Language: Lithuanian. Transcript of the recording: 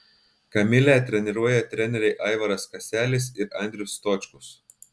kamilę treniruoja treneriai aivaras kaselis ir andrius stočkus